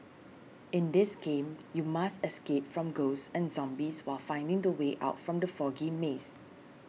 in this game you must escape from ghosts and zombies while finding the way out from the foggy maze